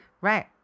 Right